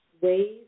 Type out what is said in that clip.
ways